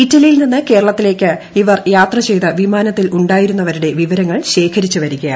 ഇറ്റലിയിൽ നിന്ന് കേരളത്തിലേക്ക് ഇവർ യാത്ര ചെയ്ത വിമാനത്തിൽ ഉണ്ടായിരുന്നവരുടെ വിവരങ്ങൾ ശേഖരിച്ചു വരികയാണ്